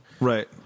Right